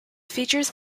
features